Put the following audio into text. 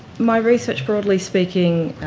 my research, broadly speaking,